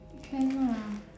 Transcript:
can lah